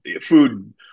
food